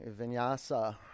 Vinyasa